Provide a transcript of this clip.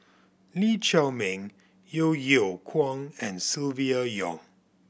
Lee Chiaw Meng Yeo Yeow Kwang and Silvia Yong